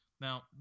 Now